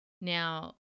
now